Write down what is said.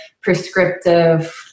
prescriptive